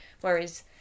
whereas